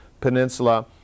Peninsula